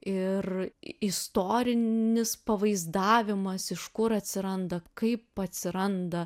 ir istorinis pavaizdavimas iš kur atsiranda kaip atsiranda